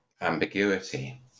ambiguity